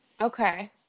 Okay